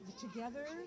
Together